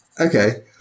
Okay